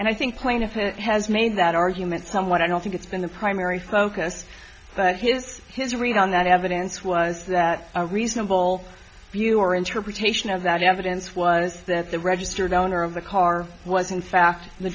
and i think plaintiff has made that argument somewhat i don't think it's been the primary focus but his his read on that evidence was that a reasonable view or interpretation of that evidence was that the registered owner of the car was in fact the